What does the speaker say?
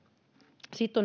sitten